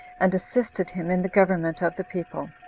and assisted him in the government of the people.